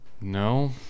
no